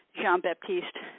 Jean-Baptiste